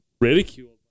ridiculed